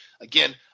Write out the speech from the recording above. Again